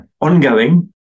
ongoing